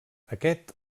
aquest